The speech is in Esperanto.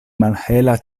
malhela